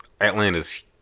Atlanta's